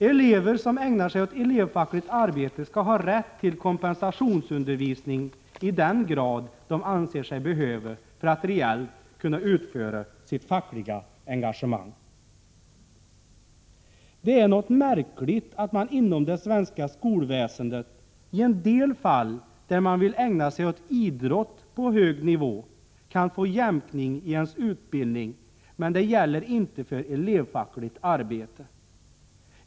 Elever som ägnar sig åt elevfackligt arbete skall ha rätt till kompensationsundervisning i den grad de anser sig behöva det för att reellt kunna utföra sitt fackliga engagemang. Det är något märkligt att man inom det svenska skolväsendet i en del fall, när man vill ägna sig åt idrott på hög nivå, kan få jämkning i sin utbildning men att det inte gäller för elevfackligt arbete.